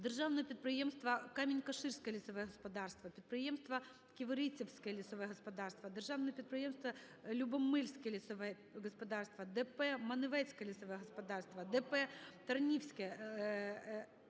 Державного підприємства "Камінь-Каширське лісове господарство", підприємства "Ківерцівське лісове господарство", Державного підприємства "Любомльське лісове госоподарство", ДП "Маневицьке лісове господарство", ДП "Ратнівське